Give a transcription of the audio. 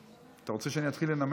אתה רוצה שאני אתחיל לנמק?